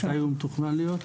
מתי הוא מתוכנן להיות?